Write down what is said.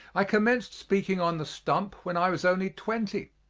i commenced speaking on the stump when i was only twenty,